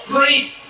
Please